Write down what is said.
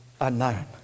unknown